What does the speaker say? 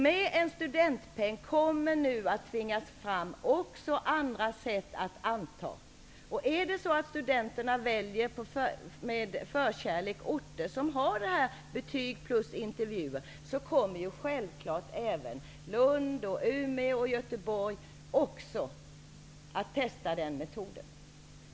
Med en studentpeng kommer det nu att tvingas fram andra antagningssystem. Om studenterna med förkärlek väljer orter som använder betyg plus intervjuer vid antagningen, kommer självfallet även Lund, Umeå och Göteborg att testa den metoden.